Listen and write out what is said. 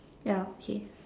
yeah okay